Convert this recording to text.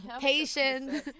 Patience